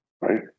Right